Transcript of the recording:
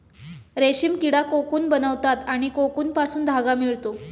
रेशीम किडा कोकून बनवतात आणि कोकूनपासून धागा मिळतो